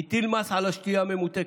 הטיל מס על השתייה הממותקת,